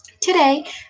Today